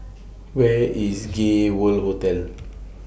Where IS Gay World Hotel